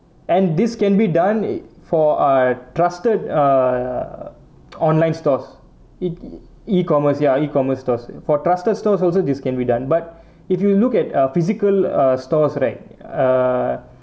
and this can be done for ah trusted err online stores E E commerce ya E commerce stores for trusted stores also this can be done but if you look at ah physical stores right ah